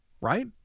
right